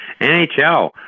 NHL